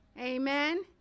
Amen